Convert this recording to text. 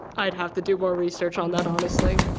i'd have to do more research on that honestly.